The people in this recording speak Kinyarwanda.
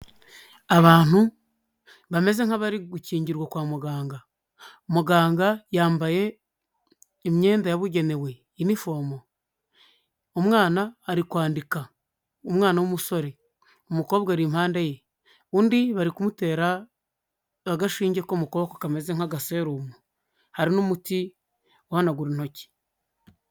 Abantu bameze nk'abari gukingirwa kwa muganga, muganga yambaye imyenda yabugenewe, inifomo, umwana ari kwandika, umwana w'umusore, umukobwa ari impande ye, undi bari kumutera agashinge ko mu kaboko kameze nk'agaserumu, hari n'umuti uhanagura intoki.